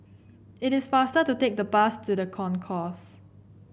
it is faster to take the bus to The Concourse